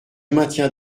maintiens